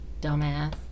dumbass